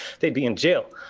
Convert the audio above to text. they'd be in jail.